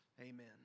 amen